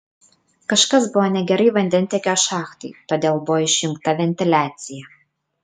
kažkas buvo negerai vandentiekio šachtai todėl buvo išjungta ventiliacija